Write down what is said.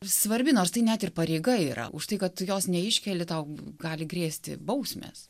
svarbi nors tai net ir pareiga yra už tai kad jos neiškeli tau gali grėsti bausmės